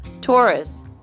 Taurus